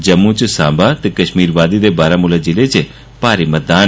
जम्मू च सांबा ते कश्मीर वादी दे बारामुला ज़िले च भारी मतदान